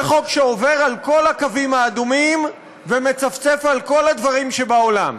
זה חוק שעובר על כל הקווים האדומים ומצפצף על כל הדברים שבעולם.